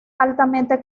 altamente